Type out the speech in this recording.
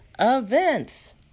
events